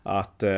att